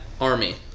Army